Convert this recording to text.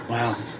Wow